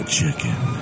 Chicken